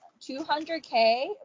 200K